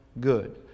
good